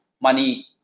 money